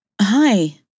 Hi